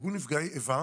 וארגון נפגעי פעולות איבה,